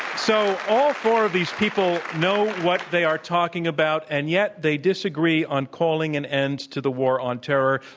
so all four of these people know what they are talking about, and yet they disagree on calling an end to the war on terror.